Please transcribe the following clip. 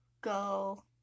go